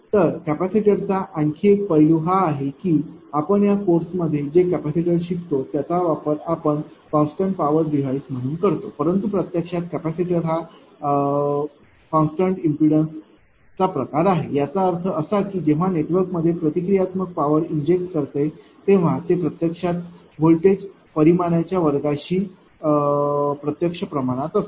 तर कॅपेसिटरचा आणखी एक पैलू हा आहे की आपण या कोर्समध्ये जे कॅपेसिटर शिकतो त्याचा वापर आपण कान्स्टन्ट पॉवर डिवाइस म्हणून करतो परंतु प्रत्यक्षात कॅपेसिटर हा कान्स्टन्ट इम्पीडन्स चा प्रकार आहे याचा अर्थ असा की जेव्हा ते नेटवर्कमध्ये प्रतिक्रियात्मक पॉवर इंजेक्टस करते तेव्हा ते प्रत्यक्षात व्होल्टेज परिमाणच्या वर्गाशी प्रत्यक्ष प्रमाणात असते